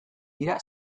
dira